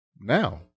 now